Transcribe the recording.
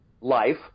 life